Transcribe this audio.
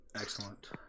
Excellent